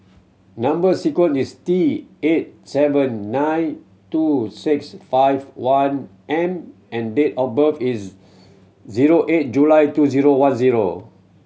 number sequence is T eight seven nine two six five one M and date of birth is zero eight July two zero one zero